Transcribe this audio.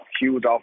huge